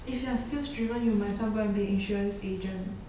if you are sales driven you might as well go and be an insurance agent